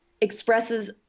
expresses